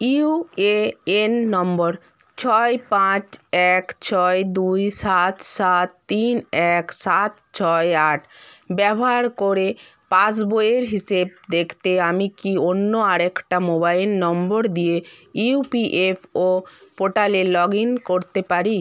UAN নম্বর ছয় পাঁচ এক ছয় দুই সাত সাত তিন এক সাত ছয় আট ব্যবহার করে পাসবইয়ের হিসেব দেখতে আমি কি অন্য আরেকটা মোবাইল নম্বর দিয়ে ইউপিএফও পোর্টালে লগইন করতে পারি